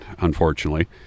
unfortunately